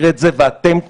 אתם,